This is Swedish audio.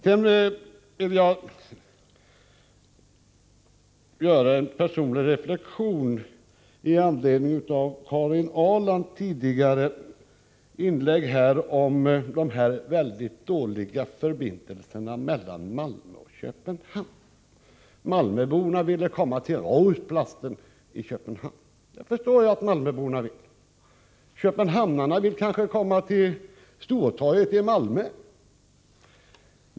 Jag vill göra en personlig reflexion med anledning av Karin Ahrlands tidigare inlägg om de synnerligen dåliga förbindelserna mellan Malmö och Köpenhamn. Malmöborna vill åka till Rådhusplatsen i Köpenhamn. Det förstår jag. Köpenhamnarna vill kanske komma till Stortorget i Malmö.